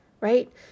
right